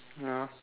ya